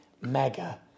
mega